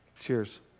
cheers